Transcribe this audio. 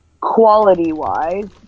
quality-wise